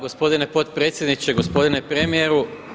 Gospodine potpredsjedniče, gospodine premijeru.